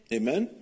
amen